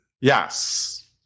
yes